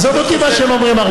עזוב אותי מה שהם אומרים.